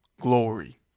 Glory